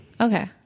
Okay